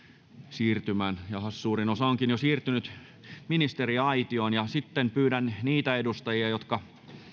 siirtymään suurin osa onkin jo siirtynyt ministeriaitioon pyydän niitä edustajia jotka